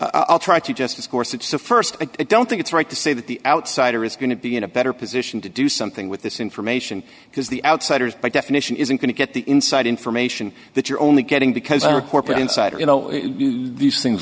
i'll try to just of course it's a st i don't think it's right to say that the outsider is going to be in a better position to do something with this information because the outsiders by definition isn't going to get the inside information that you're only getting because our corporate insider you know these things